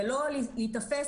ולא להיתפס,